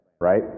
right